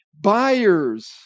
buyers